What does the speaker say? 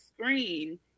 screen